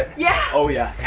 yeah. oh yeah.